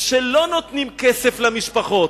שלא נותנים כסף למשפחות,